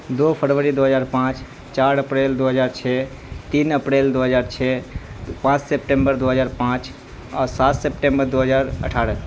دو فروری دو ہزار پانچ چار اپریل دو ہزار چھ تین اپریل دو ہزار چھ پانچ سپٹمبر دو ہزار پانچ اور سات سپٹمبر دو ہزار اٹھارہ